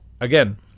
Again